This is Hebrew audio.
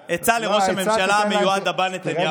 עצה, עצה לראש הממשלה המיועד הבא, נתניהו.